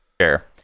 Sure